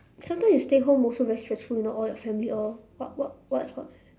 sometimes you stay home also very stressful you know all your family all what what what